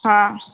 हँ